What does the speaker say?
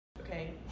Okay